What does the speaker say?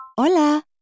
Hola